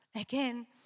Again